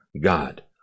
God